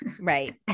Right